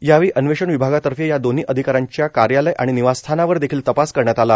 यावेळी अन्वेषण विभागातर्फे या दोन्ही अधिकाऱ्यांच्या कार्यालय आणि निवास स्थानावर देखिल तपास करण्यात आला